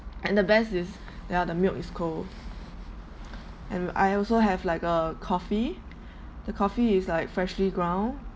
and the best is ya the milk is cold and I also have like a coffee the coffee is like freshly ground